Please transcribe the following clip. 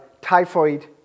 typhoid